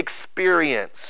experience